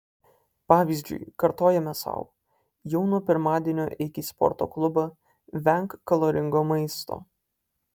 pavyzdžiui kartojame sau jau nuo pirmadienio eik į sporto klubą venk kaloringo maisto